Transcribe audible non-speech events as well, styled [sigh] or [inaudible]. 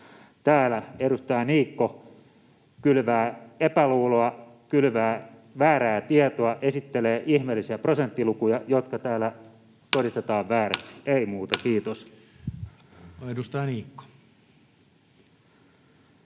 täällä edustaja Niikko kylvää epäluuloa, kylvää väärää tietoa, esittelee ihmeellisiä prosenttilukuja, jotka täällä todistetaan [noise] vääräksi. Ei muuta. — Kiitos.